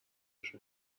شون